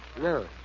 No